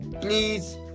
please